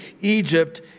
Egypt